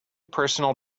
personal